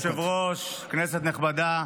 אדוני היושב-ראש, כנסת נכבדה,